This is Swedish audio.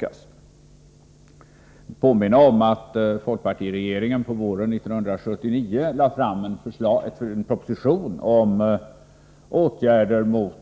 Jag vill påminna om att folkpartiregeringen på våren 1979 lade fram en proposition om åtgärder mot